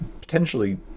potentially